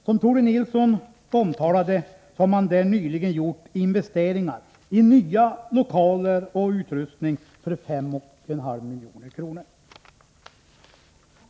Som Tore Nilsson omtalade har man där nyligen gjort investeringar i nya lokaler och utrustning för 5,5 milj.kr.